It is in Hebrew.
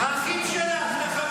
את החטופים להחזיר.